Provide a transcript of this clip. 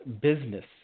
business